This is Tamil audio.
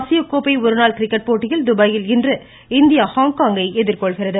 ஆசியகோப்பை ஒருநாள் கிரிக்கெட் போட்டியில் துபாயில் இன்று இந்தியா ஹாங்காங்கை எதிர்கொள்கிறது